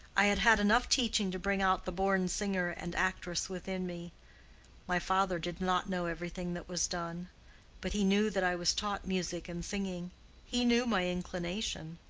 i had had enough teaching to bring out the born singer and actress within me my father did not know everything that was done but he knew that i was taught music and singing he knew my inclination.